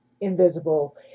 invisible